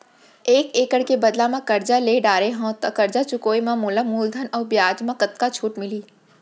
एक एक्कड़ के बदला म करजा ले डारे हव, करजा चुकाए म मोला मूलधन अऊ बियाज म कतका छूट मिलही?